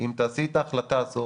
אם תעשי את ההחלטה הזאת